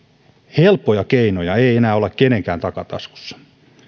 helppoja keinoja ei ei enää ole kenenkään takataskussa